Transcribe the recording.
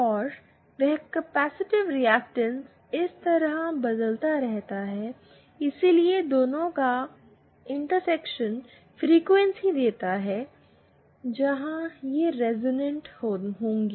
और वह capacitive reactance इस तरह बदलता रहता है इसलिए दोनों का प्रतिच्छेदन फ्रीक्वेंसी देता है जहां यह रेजोनेंट होगा